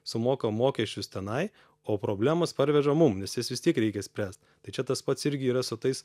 sumoka mokesčius tenai o problemas parveža mum nes jas vis tiek reikia spręst tai čia tas pats irgi yra su tais